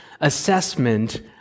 assessment